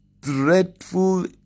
dreadful